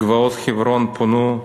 גבעות חברון פונו,